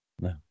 No